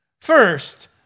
first